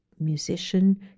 Musician